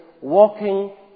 walking